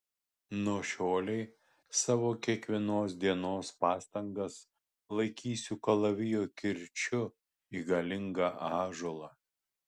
nuo šiolei savo kiekvienos dienos pastangas laikysiu kalavijo kirčiu į galingą ąžuolą